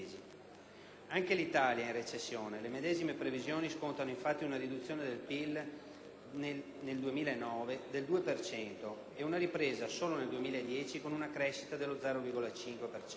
Anche l'Italia è in recessione; le medesime previsioni scontano infatti una riduzione del PIL nel 2009 del 2 per cento e una ripresa solo nel 2010 con una crescita dello 0,5